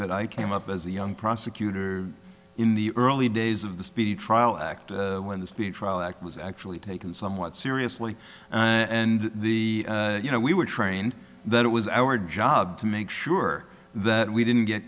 that i came up as a young prosecutor in the early days of the speedy trial act when the speedy trial act was actually taken somewhat seriously and the you know we were trained that it was our job to make sure that we didn't get